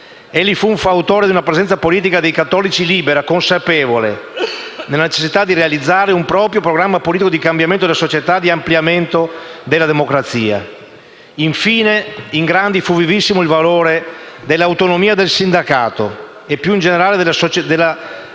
Egli fu un fautore di una presenza politica dei cattolici libera e consapevole della necessità di realizzare un proprio programma politico di cambiamento della società e di ampliamento della democrazia. Infine, in Grandi fu vivissimo il valore dell'autonomia del sindacato e, più in generale, della società